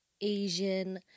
Asian